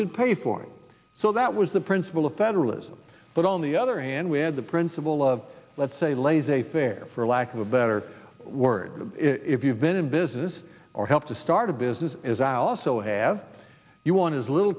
should pay for it so that was the principle of federalism but on the other hand we had the principle of let's say laissez faire for lack of a better word if you've been in business or helped to start a business is out also have you want as little